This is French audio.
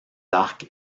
arcs